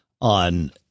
on